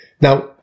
Now